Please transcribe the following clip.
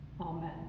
amen